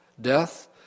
death